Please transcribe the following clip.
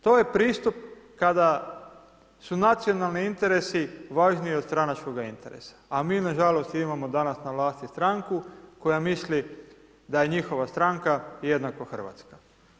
To je pristup kada su nacionalni interesi važniji od stranačkoga interesa, a mi nažalost imamo danas na vlasti stranku koja misli da je njihova stranka jednako Hrvatska.